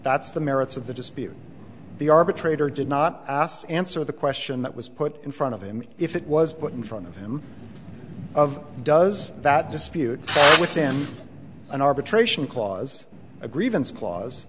that's the merits of the dispute the arbitrator did not ask answer the question that was put in front of them if it was put in front of them of does that dispute within an arbitration clause a grievance clause